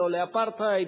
"לא לאפרטהייד",